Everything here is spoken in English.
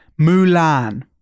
Mulan